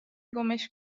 گمش